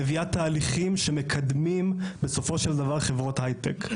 מביאה תהליכים שמקדמים בסופו של דבר חברות היי-טק,